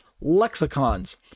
lexicons